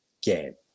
game